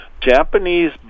japanese